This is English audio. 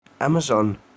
Amazon